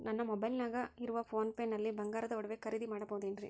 ನಮ್ಮ ಮೊಬೈಲಿನಾಗ ಇರುವ ಪೋನ್ ಪೇ ನಲ್ಲಿ ಬಂಗಾರದ ಒಡವೆ ಖರೇದಿ ಮಾಡಬಹುದೇನ್ರಿ?